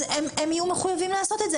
אז הם יהיו מחויבים לעשות את זה.